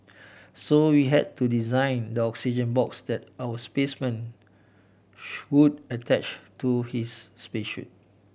so we had to design the oxygen box that our spaceman would attach to his space suit